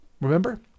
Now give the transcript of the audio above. remember